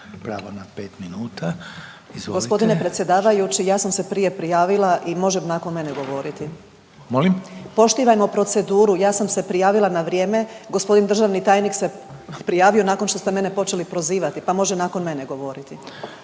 Krišto, Karolina (OIP)** Gospodine predsjedavajući ja sam se prije prijavila i može nakon mene govoriti? …/Upadica Reiner: Molim?/… Poštivajmo proceduru. Ja sam se prijavila na vrijeme. Gospodin državni tajnik se prijavio nakon što ste mene počeli prozivati, pa može nakon mene govoriti.